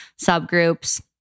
subgroups